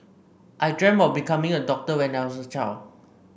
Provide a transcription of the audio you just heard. I dreamt of becoming a doctor when I was a child